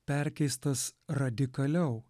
perkeistas radikaliau